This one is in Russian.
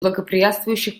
благоприятствующих